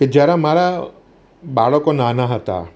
કે જ્યારે મારા બાળકો નાના હતા